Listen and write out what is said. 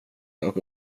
och